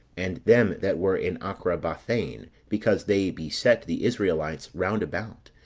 and them that were in acrabathane because they beset the israelites round about,